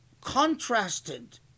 contrasted